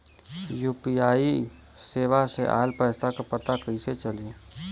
UPI सेवा से ऑयल पैसा क पता कइसे चली?